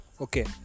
Okay